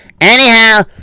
Anyhow